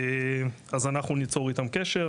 אז אנחנו ניצור איתם קשר.